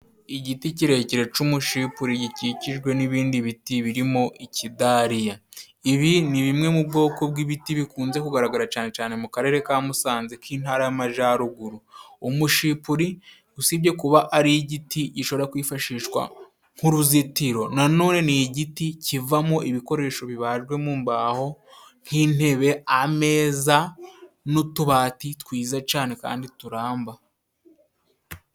Igiti kirekire c'umushipure gikikijwe n'ibindi biti birimo ikidariya. Ibi ni bimwe mu bwoko bw'ibiti bikunze kugaragara cane cane mu Karere ka musanze k'Intara y'Amajaruguru. Umushipuri usibye kuba ari igiti gishobora kwifashishwa nk'uruzitiro, na none ni igiti kivamo ibikoresho bibajwe mu mbaho nk'intebe ameza n'utubati twiza cane kandi turamba.